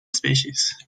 species